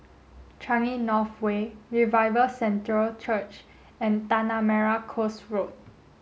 Changi North Way Revival Centre Church and Tanah Merah Coast Road